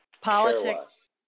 politics